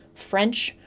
french,